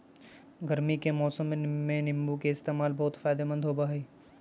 गर्मी के मौसम में नीम्बू के इस्तेमाल बहुत फायदेमंद होबा हई